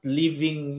living